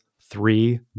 three